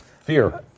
Fear